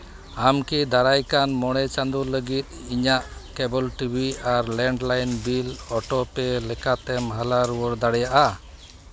ᱟᱢ ᱠᱤ ᱫᱟᱨᱟᱭ ᱠᱟᱱ ᱢᱚᱬᱮ ᱪᱟᱸᱫᱳ ᱞᱟᱹᱜᱤᱫ ᱤᱧᱟᱹᱜ ᱠᱮᱵᱚᱞ ᱴᱤᱵᱷᱤ ᱟᱨ ᱞᱮᱱᱰᱞᱟᱭᱤᱱ ᱵᱤᱞ ᱚᱴᱳ ᱯᱮ ᱞᱮᱠᱟᱛᱮᱢ ᱦᱟᱞᱟ ᱨᱩᱣᱟᱹᱲ ᱫᱟᱲᱮᱭᱟᱜᱼᱟ